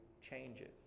changes